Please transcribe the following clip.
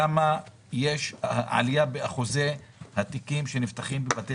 מה אחוז העלייה במספר התיקים שנפתחים בבתי